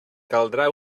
caldrà